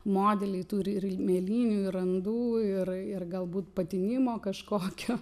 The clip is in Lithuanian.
modeliai turi ir mėlynių ir randų ir ir galbūt patinimo kažkokio